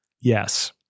yes